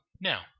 Now